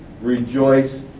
rejoice